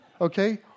okay